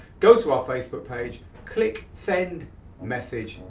go to our facebook page, click send message,